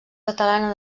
catalana